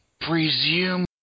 presume